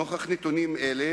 נוכח נתונים אלה,